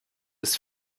ist